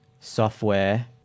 software